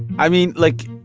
i mean, like,